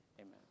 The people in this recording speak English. amen